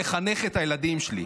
שיחנך את הילדים שלי.